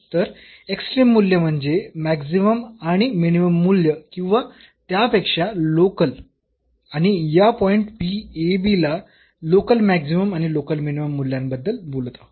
तर एक्स्ट्रीम मूल्य म्हणजे मॅक्सिमम आणि मिनिमम मूल्य किंवा त्यापेक्षा लोकल आपण या पॉईंट ला लोकल मॅक्सिमम आणि लोकल मिनिमम मूल्यांबद्दल बोलत आहोत